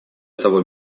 того